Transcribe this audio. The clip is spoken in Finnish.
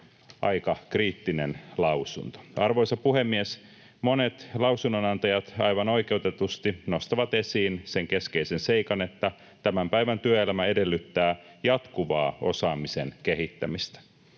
Aika kriittinen lausunto. Arvoisa puhemies! Monet lausunnonantajat aivan oikeutetusti nostavat esiin sen keskeisen seikan, että tämän päivän työelämä edellyttää jatkuvaa osaamisen kehittämistä.